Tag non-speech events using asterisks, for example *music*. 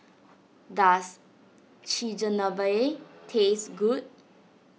*noise* does Chigenabe taste good